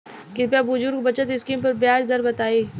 कृपया बुजुर्ग बचत स्किम पर ब्याज दर बताई